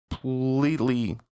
completely